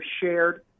shared